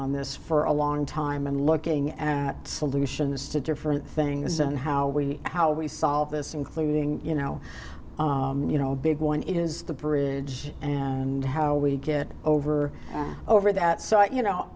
on this for a long time and looking at solutions to different things and how we how we solve this including you know you know a big one is the bridge and how we get over and over that so i you know